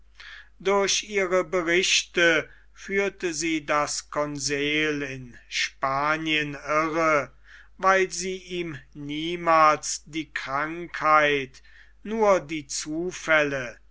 durch ihre berichte führte sie das conseil in spanien irre weil sie ihm niemals die krankheit nur die zufälle